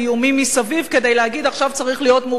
מסביב כדי להגיד: עכשיו צריך להיות מאוחדים,